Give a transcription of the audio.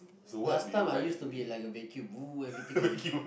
last time I use to be like a vacuum everything I eat